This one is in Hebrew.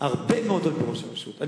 הרבה תלוי בראש הרשות.